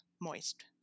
moist